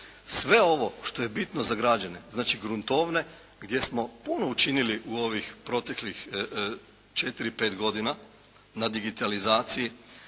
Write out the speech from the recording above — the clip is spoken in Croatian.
Sve ovo što je bitno za građane, znači gruntovne gdje smo puno učinili u ovim proteklih četiri, pet godina na digitalizaciji,